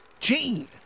Gene